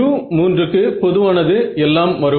u3 க்கு பொதுவானது எல்லாம் வரும்